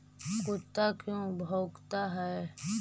कुत्ता क्यों भौंकता है?